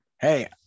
Hey